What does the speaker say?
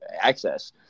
access